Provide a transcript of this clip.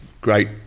great